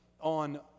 on